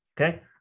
Okay